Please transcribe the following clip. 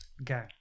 Okay